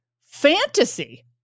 fantasy